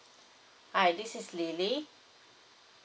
hi this is lily